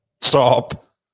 Stop